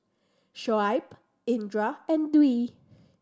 Shoaib Indra and Dwi